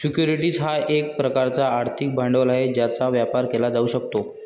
securities हा एक प्रकारचा आर्थिक भांडवल आहे ज्याचा व्यापार केला जाऊ शकतो